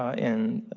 in